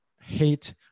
hate